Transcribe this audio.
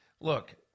Look